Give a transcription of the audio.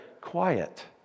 quiet